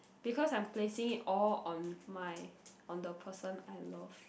because I'm placing it all on my on the person I loved